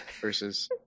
versus